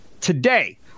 today